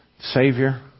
Savior